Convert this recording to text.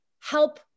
help